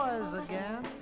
again